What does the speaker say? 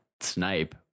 snipe